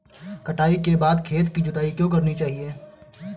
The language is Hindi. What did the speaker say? कटाई के बाद खेत की जुताई क्यो करनी चाहिए?